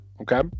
Okay